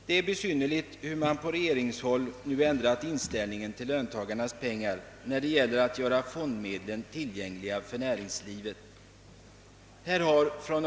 Det är besynnerligt hur man på regeringshåll nu ändrat inställning till »löntagarnas pengar» när det gäller att göra fondmedlen tillgängliga för mnäringslivet.